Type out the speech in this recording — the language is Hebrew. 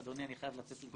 אדוני, אני חייב לצאת וחשוב